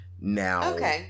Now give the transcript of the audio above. Now